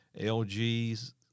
LG's